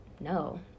no